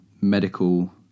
medical